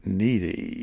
needy